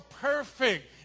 perfect